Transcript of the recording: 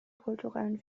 kulturellen